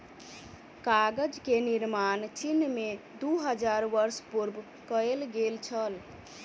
कागज के निर्माण चीन में दू हजार वर्ष पूर्व कएल गेल छल